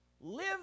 Live